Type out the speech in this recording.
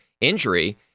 injury